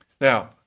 Now